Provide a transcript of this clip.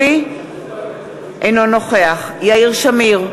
אינו נוכח יאיר שמיר,